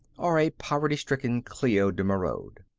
or a poverty-stricken cleo de merode,